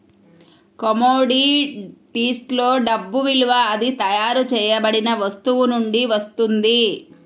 కమోడిటీస్లో డబ్బు విలువ అది తయారు చేయబడిన వస్తువు నుండి వస్తుంది